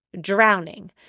drowning